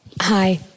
Hi